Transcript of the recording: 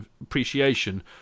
appreciation